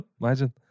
Imagine